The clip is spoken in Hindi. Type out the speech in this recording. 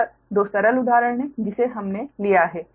यह 2 सरल उदाहरण है जिसे हमने लिया है